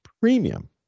Premium